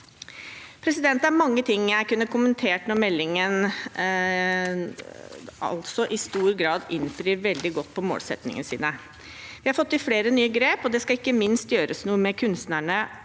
til det. Det er mange ting jeg kunne ha kommentert. Meldingen innfrir i stor grad veldig godt på målsettingen. Vi har fått til flere nye grep, og det skal ikke minst gjøres noe med kunstnerne,